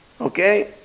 Okay